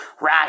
right